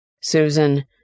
Susan